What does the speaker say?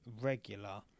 regular